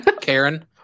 Karen